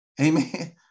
Amen